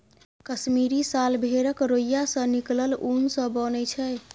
कश्मीरी साल भेड़क रोइयाँ सँ निकलल उन सँ बनय छै